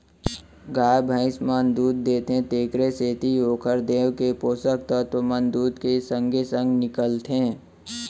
गाय भइंस मन दूद देथे तेकरे सेती ओकर देंव के पोसक तत्व मन दूद के संगे संग निकलथें